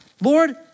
Lord